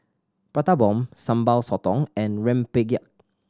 Prata Bomb Sambal Sotong and rempeyek